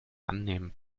annehmen